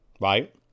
right